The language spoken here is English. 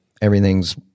everything's